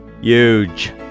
huge